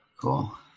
Cool